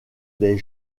des